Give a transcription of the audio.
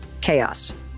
chaos